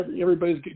everybody's